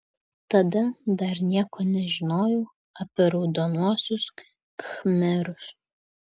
tada dar nieko nežinojau apie raudonuosius khmerus